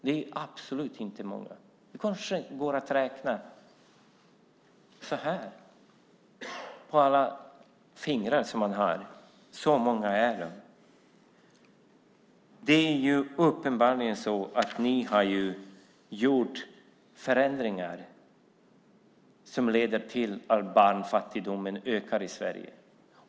Det är absolut inte många - det kanske går att räkna dem på fingrarna. Ni har uppenbarligen gjort förändringar som leder till att barnfattigdomen ökar i Sverige.